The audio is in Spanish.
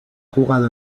jugado